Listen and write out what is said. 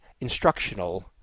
instructional